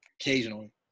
Occasionally